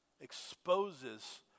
exposes